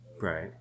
Right